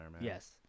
Yes